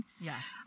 Yes